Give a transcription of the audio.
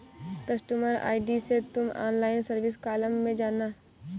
customer ID से तुम online service column में जाना